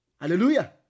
Hallelujah